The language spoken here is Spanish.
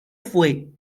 fue